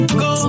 go